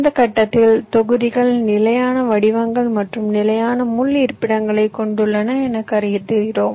இந்த கட்டத்தில் தொகுதிகள் நிலையான வடிவங்கள் மற்றும் நிலையான முள் இருப்பிடங்களைக் கொண்டுள்ளன என்று கருதுகிறோம்